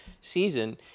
season